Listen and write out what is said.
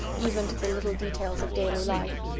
even to the little details of daily life.